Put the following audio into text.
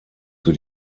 für